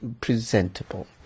presentable